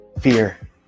Fear